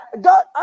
God